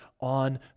on